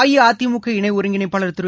அஇஅதிமுக இணை ஒருங்கிணைப்பாளர் திரு